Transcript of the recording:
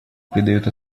придает